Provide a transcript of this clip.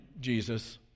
Jesus